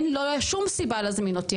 לא הייתה שום סיבה להזמין אותי,